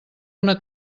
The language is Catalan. una